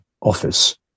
office